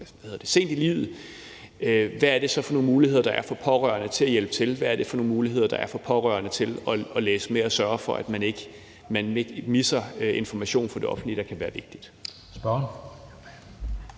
fordi det er sent i livet, hvad er det så for nogle muligheder, der er for pårørende til at hjælpe til? Hvad er det for nogle muligheder, der er for pårørende til at sørge for, at man ikke misser information fra det offentlige, der kan være vigtigt. Kl. 17:46 Anden